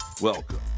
Welcome